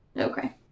Okay